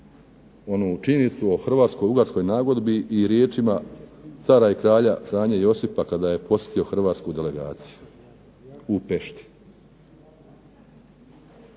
onu činjenicu o hrvatsko-ugarskoj nagodbi i riječima cara i kralja Franje Josipa kada je posjetio hrvatsku delegaciju u Pešti.